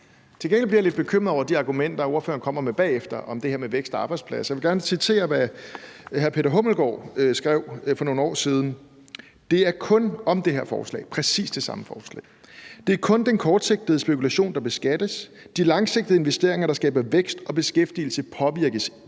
Til gengæld bliver jeg lidt bekymret over de argumenter, ordføreren kommer med bagefter, om det her med vækst og arbejdspladser. Jeg vil gerne citere, hvad hr. Peter Hummelgaard, før sin ministertid, skrev for nogle år siden om det her forslag, præcis det samme forslag: »Det er den kortsigtede spekulation, der beskattes. De langsigtede investeringer, der skaber vækst og beskæftigelse, påvirkes ikke